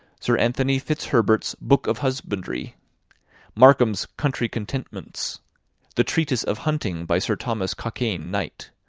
sir anthony fitzherbert's book of husbandry markham's country contentments the tretyse of hunting, by sir thomas cockayne, knight